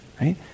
right